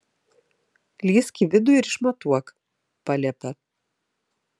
lįsk į vidų ir išmatuok paliepia